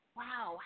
wow